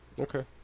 Okay